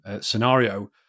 scenario